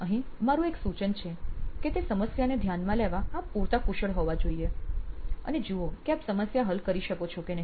અહીં મારુ એક સૂચન છે કે તે સમસ્યાને ધ્યાનમાં લેવા આપ પૂરતા કુશળ હોવા જોઈએ અને જુઓ કે આપ સમસ્યા હલ કરી શકો છો કે નહિ